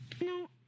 No